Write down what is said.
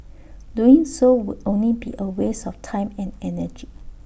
doing so would only be A waste of time and energy